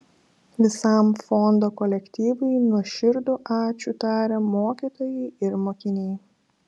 visam fondo kolektyvui nuoširdų ačiū taria mokytojai ir mokiniai